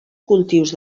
cultius